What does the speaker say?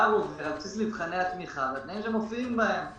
השאר הוא על בסיס מבחני התמיכה והתנאים שמופיעים בהם.